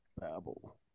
babble